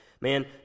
Man